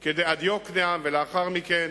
עד יוקנעם ולאחר מכן,